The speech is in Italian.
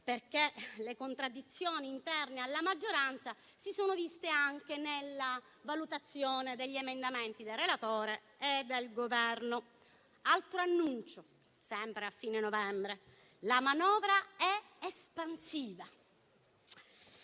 perché le contraddizioni interne alla maggioranza si sono viste anche nella valutazione degli emendamenti del relatore e del Governo. Altro annuncio, sempre a fine novembre: la manovra è espansiva.